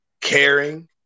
caring